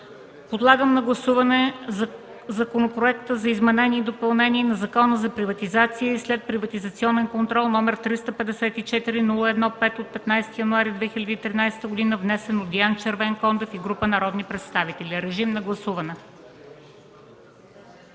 Подлагам на гласуване Законопроекта за изменение и допълнение на Закона за приватизация и следприватизационен контрол, № 354-01-5, от 15 януари 2013 г., внесен от Диан Червенкондев и група народни представители. Гласували